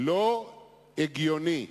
לא הגיוני שהיום,